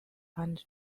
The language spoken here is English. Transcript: and